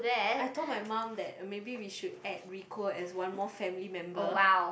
I told my mum that maybe we should add Rico as one more family member